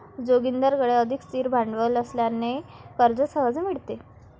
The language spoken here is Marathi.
जोगिंदरकडे अधिक स्थिर भांडवल असल्याने कर्ज सहज मिळते